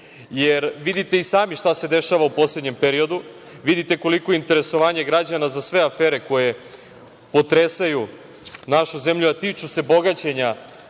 Vidite i sami šta se dešava u poslednjem periodu. Vidite koliko interesovanje građana za sve afere koje potresaju našu zemlju, a tiču se bogaćenja